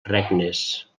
regnes